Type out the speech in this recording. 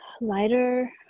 Lighter